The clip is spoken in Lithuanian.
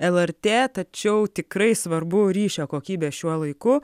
lrt tačiau tikrai svarbu ryšio kokybė šiuo laiku